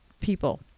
people